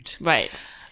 Right